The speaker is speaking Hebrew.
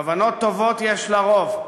כוונות טובות יש לרוב,